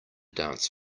dance